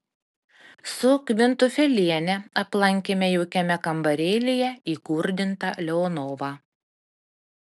su kvintufeliene aplankėme jaukiame kambarėlyje įkurdintą leonovą